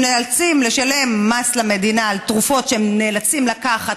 הם נאלצים לשלם מס למדינה על תרופות שהם נאלצים לקחת,